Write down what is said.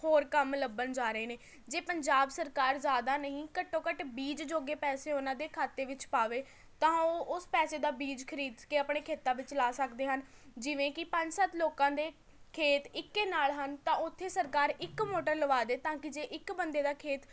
ਹੋਰ ਕੰਮ ਲੱਭਣ ਜਾ ਰਹੇ ਨੇ ਜੇ ਪੰਜਾਬ ਸਰਕਾਰ ਜ਼ਿਆਦਾ ਨਹੀਂ ਘੱਟੋ ਘੱਟ ਬੀਜ ਜੋਗੇ ਪੈਸੇ ਉਹਨਾਂ ਦੇ ਖਾਤੇ ਵਿੱਚ ਪਾਵੇ ਤਾਂ ਉਹ ਉਸ ਪੈਸੇ ਦਾ ਬੀਜ ਖਰੀਦ ਕੇ ਆਪਣੇ ਖੇਤਾਂ ਵਿੱਚ ਲਾ ਸਕਦੇ ਹਨ ਜਿਵੇਂ ਕਿ ਪੰਜ ਸੱਤ ਲੋਕਾਂ ਦੇ ਖੇਤ ਇੱਕੇ ਨਾਲ ਹਨ ਤਾਂ ਉੱਥੇ ਸਰਕਾਰ ਇੱਕ ਮੋਟਰ ਲਵਾ ਦੇ ਤਾਂ ਕਿ ਜੇ ਇੱਕ ਬੰਦੇ ਦਾ ਖੇਤ